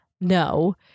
no